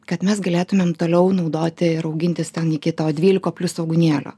kad mes galėtumėm toliau naudoti ir auginti ten iki to dvylika plius svogūnėlio